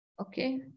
okay